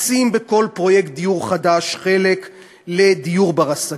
מקצים בכל פרויקט דיור חדש חלק לדיור בר-השגה,